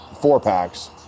four-packs